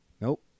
Nope